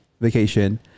vacation